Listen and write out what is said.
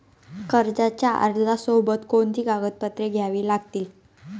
कर्जाच्या अर्जासोबत कोणती कागदपत्रे द्यावी लागतील?